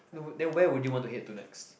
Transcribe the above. no then where would you want to head to next